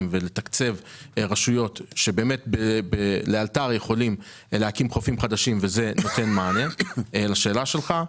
ולתקצב רשויות שלאלתר יכולות להקים חופים חדשים וזה נותן מענה לשאלה שלך.